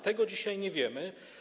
Tego dzisiaj nie wiemy.